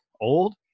old